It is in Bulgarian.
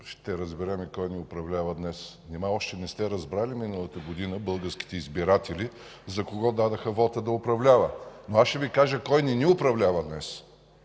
ще разберем кой ни управлява днес. Нима още не сте разбрали миналата година българските избиратели за кого дадоха вота да управлява? Аз ще Ви кажа кой не ни управлява днес.